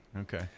Okay